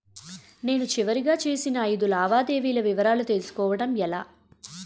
నేను చివరిగా చేసిన ఐదు లావాదేవీల వివరాలు తెలుసుకోవటం ఎలా?